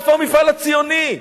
איפה המפעל הציוני?